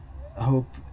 hope